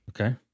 Okay